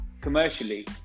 commercially